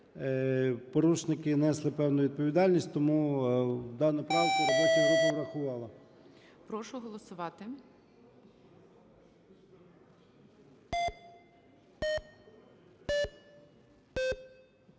порушники несли певну відповідальність. Тому дану правку робоча група врахувала.